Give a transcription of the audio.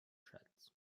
schatz